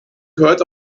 gehört